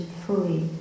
fully